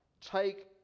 take